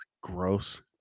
Gross